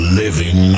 living